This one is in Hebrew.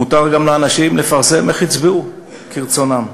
מותר גם לאנשים לפרסם איך הצביעו כרצונם.